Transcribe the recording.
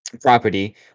property